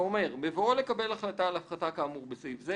לומר: "בבואו לקבל החלטה על הפחתה כאמור בסעיף זה